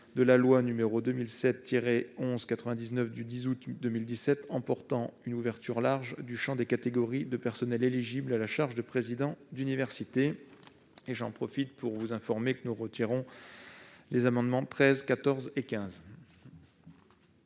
de la loi n° 2007-1199 du 10 août 2017, en permettant une ouverture large du champ des catégories de personnels éligibles à la charge de président d'université. J'en profite pour vous informer que nous retirons d'ores et déjà les amendements n 13 14 et 15.